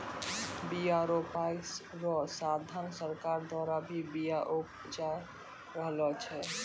बिया रोपाय रो साधन सरकार द्वारा भी बिया उपजाय रहलो छै